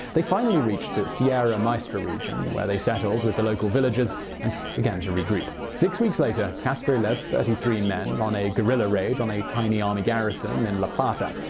they finally reached the sierra maestra region where they settled with the local villagers and began to regroup. six weeks later castro led thirty three men on a guerilla raid on a tiny army garrison in la plata.